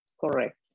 Correct